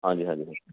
ਹਾਂਜੀ ਹਾਂਜੀ